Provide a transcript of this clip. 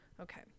Okay